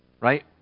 Right